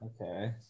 Okay